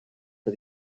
for